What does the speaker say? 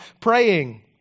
praying